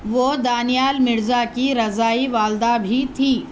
وہ دانیال مرزا کی رضاعی والدہ بھی تھی